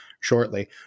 shortly